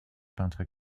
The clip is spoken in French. peintre